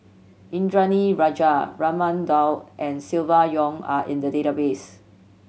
Indranee Rajah Raman Daud and Silvia Yong are in the database